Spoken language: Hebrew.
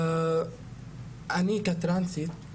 אני גרה פה כטרנסית.